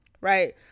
Right